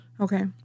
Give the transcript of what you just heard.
Okay